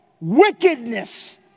wickedness